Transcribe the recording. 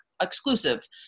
exclusive